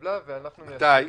שהתקבלה ואנחנו מיישמים אותה.